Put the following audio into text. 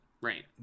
right